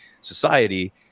society